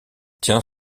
tient